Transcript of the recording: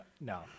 No